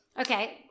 okay